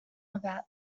about